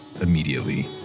immediately